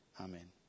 amen